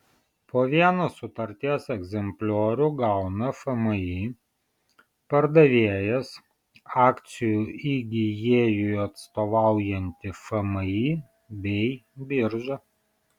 po vieną sutarties egzempliorių gauna fmį pardavėjas akcijų įgijėjui atstovaujanti fmį bei birža